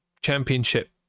Championship